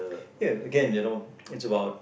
ya again you know it's about